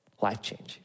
life-changing